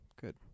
good